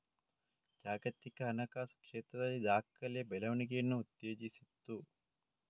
ಜಾಗತಿಕ ಹಣಕಾಸು ಕ್ಷೇತ್ರದಲ್ಲಿ ದಾಖಲೆಯ ಬೆಳವಣಿಗೆಯನ್ನು ಉತ್ತೇಜಿಸಿತು